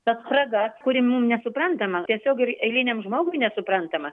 tad spraga kuri mum nesuprantama tiesiog ir eiliniam žmogui nesuprantama